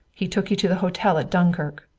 he took you to the hotel at dunkirk,